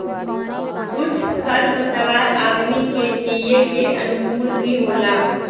कुछ खर पतवार आदमी के जिये के अनुकूल भी होला